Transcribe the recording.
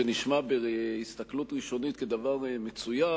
שנראה בהסתכלות ראשונית כדבר מצוין,